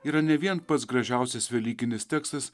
yra ne vien pats gražiausias velykinis tekstas